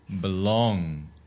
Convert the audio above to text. belong